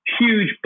huge